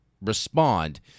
respond